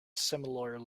similar